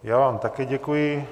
Já vám také děkuji.